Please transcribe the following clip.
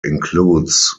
includes